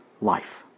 life